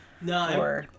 No